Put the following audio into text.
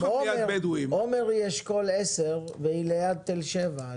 עומר היא אשכול 10 והיא ליד תל שבע,